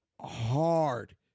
hard